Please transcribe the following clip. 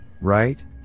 right